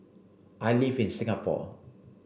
I live in Singapore